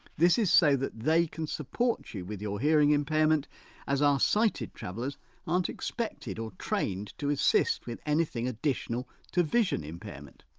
this is so that they can support you with your hearing impairment as our sighted travellers aren't expected or trained to assist with anything additional to vision impairment.